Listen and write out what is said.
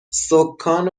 سـکان